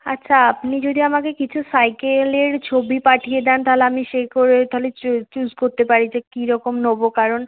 আচ্ছা আপনি যদি আমাকে কিছু সাইকেলের ছবি পাঠিয়ে দেন তাহলে আমি সেই করে তাহলে চুজ করতে পারি যে কী রকম নেব কারণ